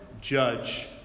judge